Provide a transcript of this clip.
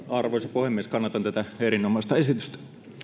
arvoisa puhemies kannatan tätä erinomaista esitystä